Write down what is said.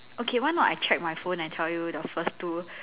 okay why not I check my phone and tell you the first two